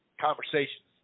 conversations